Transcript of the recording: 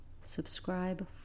subscribe